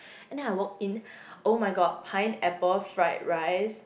and then I walked in oh-my-god pineapple fried rice